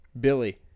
Billy